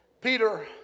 Peter